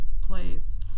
place